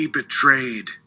betrayed